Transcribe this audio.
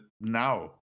now